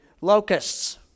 locusts